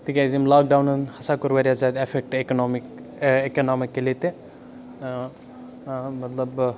تِکیٛازِ ییٚمہِ لاکڈاوُنَن ہَا کوٚر واریاہ زیادٕ اٮ۪فٮ۪کٹ اِکنامِک اِکنامِکل ییٚتہِ مطلب